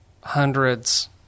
hundreds